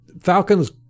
Falcons